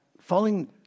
falling